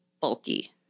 bulky